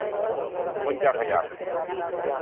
ᱯᱚᱸᱧᱪᱟᱥ ᱦᱟᱡᱟᱨ